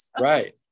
right